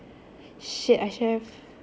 shit I should have